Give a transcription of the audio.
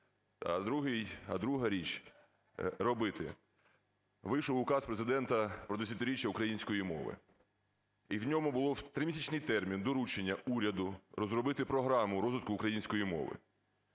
а друга річ – робити. Вийшов указ Президента про десятиріччя української мови, і в ньому було: в тримісячний термін доручення уряду розробити програму розвитку української мови.